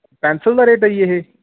pencil ਦਾ rate ਹੈ ਜੀ ਇਹ